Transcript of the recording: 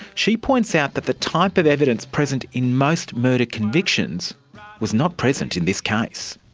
she points out that the type of evidence present in most murder convictions was not present in this case.